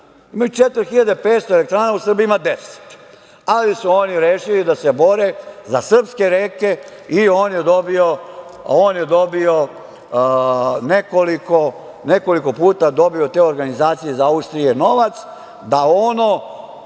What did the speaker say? Imaju 4.500 elektrana, a u Srbiji ima 10, ali su oni rešili da se bore za srpske reke i on je dobio nekoliko puta od te organizacije iz Austrije novac da ono